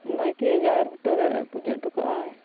ᱱᱟᱭᱠᱮ ᱡᱟᱦᱮᱨ ᱵᱩᱴᱟᱹ ᱨᱮ ᱯᱩᱡᱟᱹ ᱚᱴᱚ ᱠᱟᱜᱼᱟᱭ